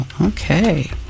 Okay